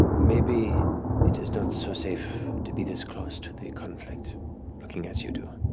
maybe it is not so safe to be this close to the conflict looking as you do.